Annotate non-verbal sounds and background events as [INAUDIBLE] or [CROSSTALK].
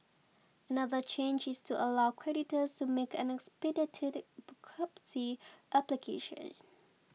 another change is to allow creditors to make an expedited [UNINTELLIGIBLE] application